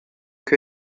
que